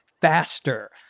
faster